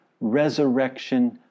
resurrection